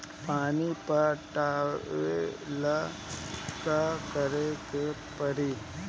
पानी पटावेला का करे के परी?